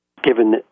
given